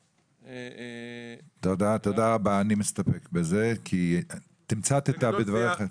תודה רבה, אני מסתפק בזה כי תמצת בדבריך.